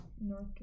North